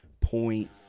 point